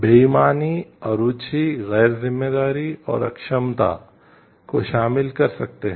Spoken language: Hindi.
बेईमानी अरुचि गैरजिम्मेदारी और अक्षमता को शामिल कर सकते हैं